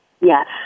Yes